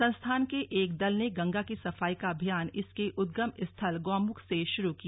संस्थान के एक दल ने गंगा की सफाई का अभियान इसके उद्गम स्थल गौमुख से शुरू किया